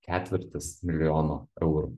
ketvirtis milijono eurų